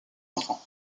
enfants